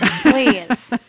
please